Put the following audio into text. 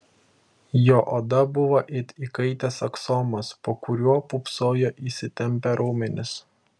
jo oda buvo it įkaitęs aksomas po kuriuo pūpsojo įsitempę raumenys